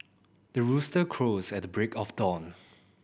the rooster crows at the break of dawn